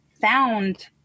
found